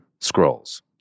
scrolls